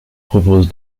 propose